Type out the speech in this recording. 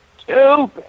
stupid